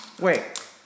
Wait